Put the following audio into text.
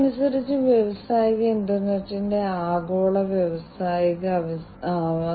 അതിനാൽ സ്ക്രീനിൽ കാണാൻ കഴിയുന്നത് പോലെ എനിക്ക് ഇവിടെയുള്ളത് അത് വർദ്ധിക്കുന്ന താപനില മൂല്യം ഇവിടെ കാണാൻ കഴിയും